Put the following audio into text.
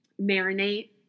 marinate